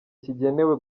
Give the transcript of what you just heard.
kigenewe